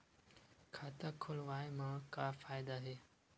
खाता खोलवाए मा का फायदा हे